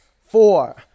four